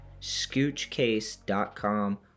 scoochcase.com